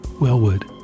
Wellwood